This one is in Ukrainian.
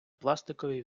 пластикові